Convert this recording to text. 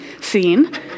scene